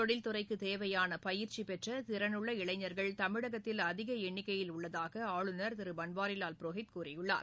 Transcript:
தொழில்துறைக்குத் தேவையான பயிற்சிபெற்ற திறனுள்ள இளைஞர்கள் தமிழகத்தில் அதிக எண்ணிக்கையில் உள்ளதாக ஆளுநர் திரு பன்வாரிலால் புரோஹித் கூறியுள்ளார்